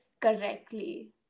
correctly